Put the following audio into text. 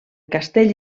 castell